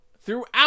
throughout